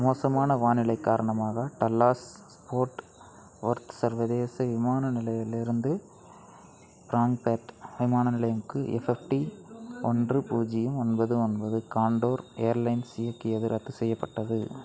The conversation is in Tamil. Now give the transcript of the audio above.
மோசமான வானிலை காரணமாக டல்லாஸ் ஸ்போர்ட் வொர்த் சர்வதேச விமான நிலையிலிருந்து ப்ராங்பேர்ட் விமான நிலையம்க்கு எஃப்எஃப்டீ ஒன்று பூஜ்ஜியம் ஒன்பது ஒன்பது காண்டோர் ஏர்லைன்ஸ் இயக்கியது ரத்து செய்யப்பட்டது